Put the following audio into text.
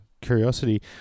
curiosity